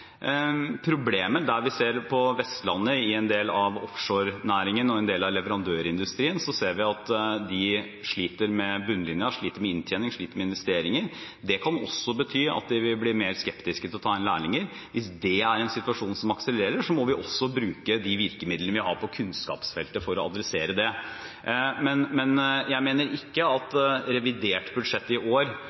vi f.eks. på Vestlandet, i en del av offshore-næringen og i en del av leverandørindustrien. Vi ser at de sliter med bunnlinja, sliter med inntjening, sliter med investeringer. Det kan også bety at de vil bli mer skeptiske til å ta inn lærlinger, og hvis dét er en situasjon som akselererer, må vi også bruke de virkemidlene vi har på kunnskapsfeltet, for å adressere det. Men jeg mener ikke at revidert budsjett i år,